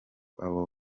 abo